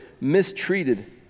mistreated